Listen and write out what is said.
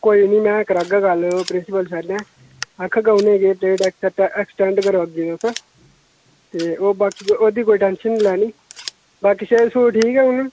कोई निं में करागा गल्ल प्रिंसीपल सर नै आखगा उनेंईं कि डेट एक्सटैंड करो अग्गें ई तुस ते एह् बाकी ओह्दी कोई टैंशन निं लैनी बाकी सेह्त सूहत ठीक ऐ हून